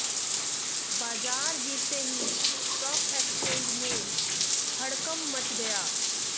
बाजार गिरते ही स्टॉक एक्सचेंज में हड़कंप मच गया